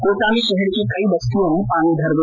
कोटा में शहर की कई बस्तियों मे पानी भर गया